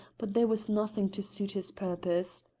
but there was nothing to suit his purpose.